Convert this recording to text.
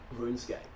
RuneScape